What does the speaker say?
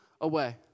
away